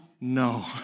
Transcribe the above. no